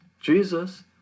Jesus